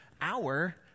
hour